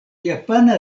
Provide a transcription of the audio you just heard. japana